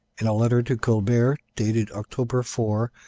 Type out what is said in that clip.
in a letter to colbert, dated october four,